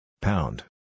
Pound